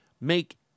make